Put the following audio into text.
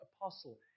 apostle